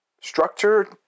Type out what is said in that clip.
structure